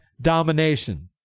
domination